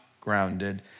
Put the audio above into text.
grounded